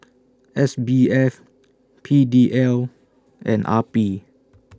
S B F P D L and R P